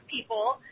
people